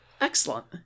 Excellent